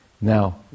Now